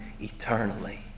eternally